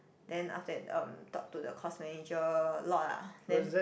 then after that um talk to course manager a lot ah then